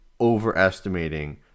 overestimating